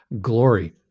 glory